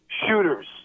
shooters